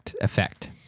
effect